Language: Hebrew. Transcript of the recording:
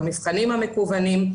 במבחנים המקוונים.